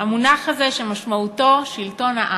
המונח הזה שמשמעותו שלטון העם.